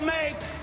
make